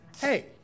Hey